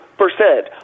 percent